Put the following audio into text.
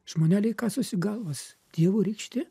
žmoneliai kasosi galvas dievo rykštė